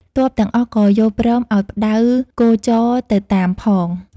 ទ័ពទាំងអស់ក៏យល់ព្រមឱ្យផ្ដៅគោចរទៅតាមផង ។